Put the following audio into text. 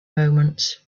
moments